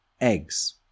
eggs